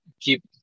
keep